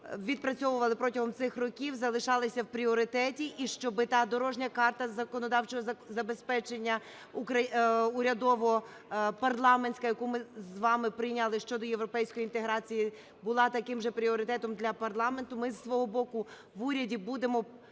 відпрацьовували протягом цих років, залишалися в пріоритеті, і щоб та дорожня карта законодавчого забезпечення, урядово-парламентська, яку ми з вами прийняли щодо європейської інтеграції, була таким же пріоритетом для парламенту. Ми зі свого боку в уряді будемо